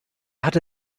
hatte